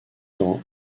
dans